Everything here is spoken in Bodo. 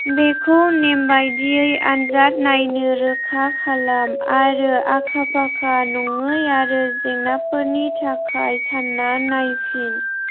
बेखौ नेमबादियै आनजाद नायनो रोखा खालाम आरो आखा फाखा नङै आरो जेंनाफोरनि थाखाय सानना नायफिन